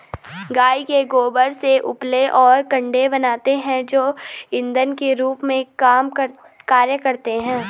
गाय के गोबर से उपले और कंडे बनते हैं जो इंधन के रूप में कार्य करते हैं